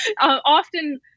often